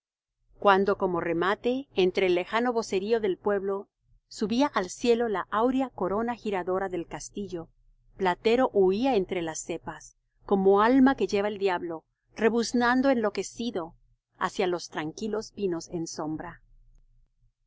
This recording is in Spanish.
cuando como remate entre el lejano vocerío del pueblo subía al cielo la áurea corona giradora del castillo platero huía entre las cepas como alma que lleva el diablo rebuznando enloquecido hacia los tranquilos pinos en sombra